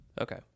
Okay